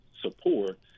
support